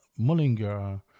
Mullinger